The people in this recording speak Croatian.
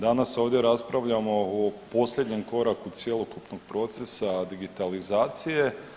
Danas ovdje raspravljamo o posljednjem koraku cjelokupnog procesa digitalizacije.